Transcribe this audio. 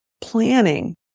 planning